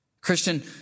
Christian